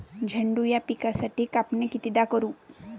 झेंडू या पिकाची कापनी कितीदा करू?